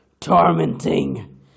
tormenting